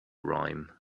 rhyme